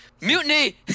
Mutiny